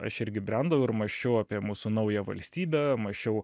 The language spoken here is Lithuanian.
aš irgi brendau ir mąsčiau apie mūsų naują valstybę mąsčiau